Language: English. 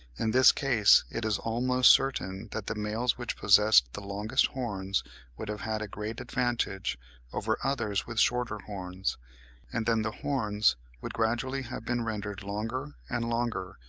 in this case it is almost certain that the males which possessed the longest horns would have had a great advantage over others with shorter horns and then the horns would gradually have been rendered longer and longer,